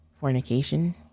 fornication